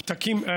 פה פתקים.